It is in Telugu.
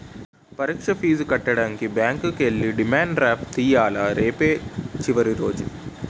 పరీక్ష ఫీజు కట్టడానికి బ్యాంకుకి ఎల్లి డిమాండ్ డ్రాఫ్ట్ తియ్యాల రేపే చివరి రోజు